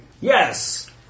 Yes